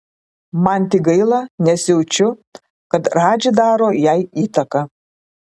man tik gaila nes jaučiu kad radži daro jai įtaką